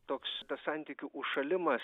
toks santykių užšalimas